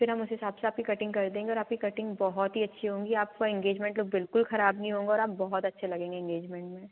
फिर हम उस हिसाब से आपकी कटिंग कर देंगे और आपकी कटिंग बहुत ही अच्छी होंगी आपका इंगेजमेंट लुक बिल्कुल खराब नहीं होगा और आप बहुत अच्छे लगेंगे इंगेजमेंट में